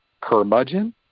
curmudgeon